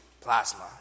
plasma